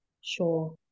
Sure